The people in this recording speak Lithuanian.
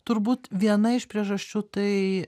turbūt viena iš priežasčių tai